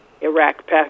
Iraq